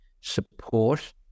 support